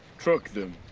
track them.